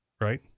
right